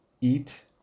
Eat